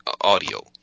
audio